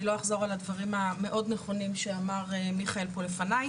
אני לא אחזור על הדברים המאוד נכונים שאמר פה מיכאל לפני,